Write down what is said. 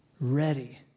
ready